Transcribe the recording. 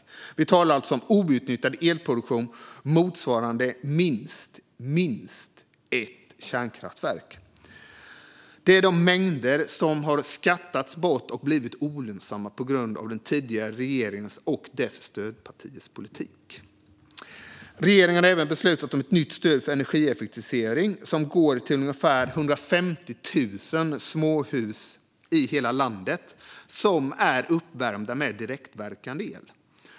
Vi talar alltså om outnyttjad elproduktion motsvarande minst ett kärnkraftverk. Det är de mängder som har skattats bort och blivit olönsamma på grund av den tidigare regeringens och dess stödpartiers politik. Regeringen har även beslutat om ett nytt stöd för energieffektivisering, som går till ungefär 150 000 småhus i hela landet som är uppvärmda med direktverkande el.